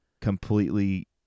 completely